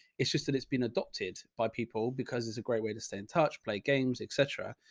it's just that it's been adopted by people because it's a great way to stay in touch, play games, et cetera.